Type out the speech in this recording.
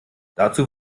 dazu